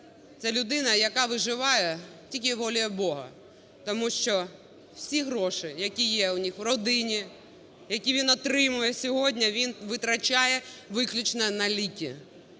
це людина, яка виживає тільки волею Бога, тому що всі гроші, які є у них в родині, які він отримує сьогодні, він витрачає виключно на ліки.